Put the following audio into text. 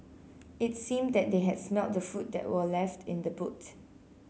it seemed that they had smelt the food that were left in the boot